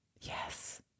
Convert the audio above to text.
Yes